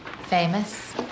Famous